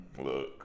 look